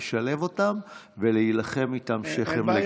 לשלב אותם ולהילחם איתם שכם אל שכם.